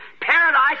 Paradise